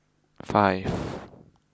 five